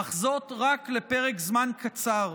אך זאת רק לפרק זמן קצר,